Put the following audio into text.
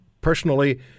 personally